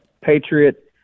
patriot